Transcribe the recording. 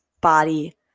body